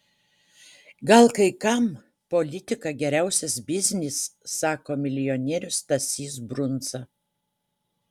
gal kai kam politika geriausias biznis sako milijonierius stasys brundza